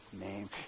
name